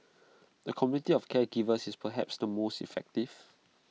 A community of caregivers is perhaps the most effective